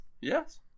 Yes